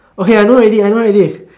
okay I know already I know already